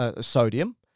sodium